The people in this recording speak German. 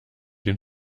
den